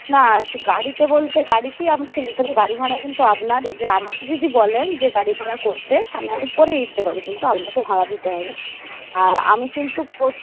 না গাড়িতে বলতে গাড়িতেই আপনাকে যেতে হবে গাড়ি ভাড়া কিন্তু আপনার এবারে আমাকে যদি বলেন যে গাড়ি ভাড়া করতে তাহলে আমি করে দিতে পারি কিন্তু আপনাকে ভাড়া দিতে হবে আর আমি কিন্তু